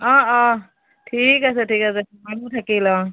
অঁ অঁ ঠিক আছে ঠিক আছে তোমালৈও থাকিল অঁ